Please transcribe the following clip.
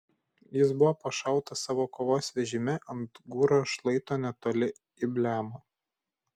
jis buvo pašautas savo kovos vežime ant gūro šlaito netoli ibleamo